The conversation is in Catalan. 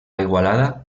igualada